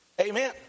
Amen